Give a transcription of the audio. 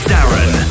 Darren